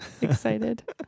excited